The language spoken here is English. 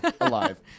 alive